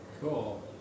Cool